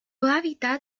hábitat